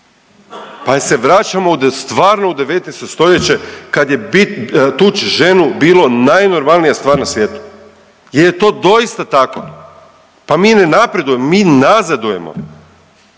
jel se vraćamo stvarno u 19. stoljeće kad je tući ženu bilo najnormalnija stvar na svijetu? Jel je to doista tako? Pa mi ne napredujemo, mi nazadujemo.